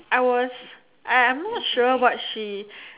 I was I I'm not sure what she